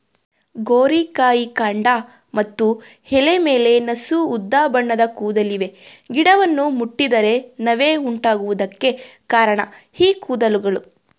ಗೋರಿಕಾಯಿ ಕಾಂಡ ಮತ್ತು ಎಲೆ ಮೇಲೆ ನಸು ಉದಾಬಣ್ಣದ ಕೂದಲಿವೆ ಗಿಡವನ್ನು ಮುಟ್ಟಿದರೆ ನವೆ ಉಂಟಾಗುವುದಕ್ಕೆ ಕಾರಣ ಈ ಕೂದಲುಗಳು